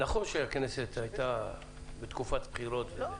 נכון שהכנסת הייתה בתקופת בחירות וזה.